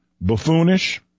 buffoonish